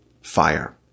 fire